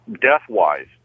death-wise